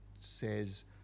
says